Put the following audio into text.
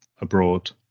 abroad